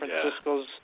Francisco's